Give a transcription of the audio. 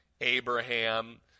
Abraham